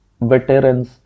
veterans